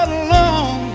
alone